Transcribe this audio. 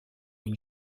une